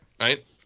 Right